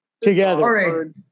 Together